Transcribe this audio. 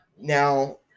Now